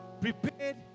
prepared